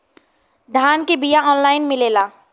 धान के बिया ऑनलाइन मिलेला?